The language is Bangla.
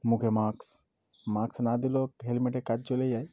মুখে মাস্ক মাস্ক না দিলেও হেলমেটে কাজ চলে যায়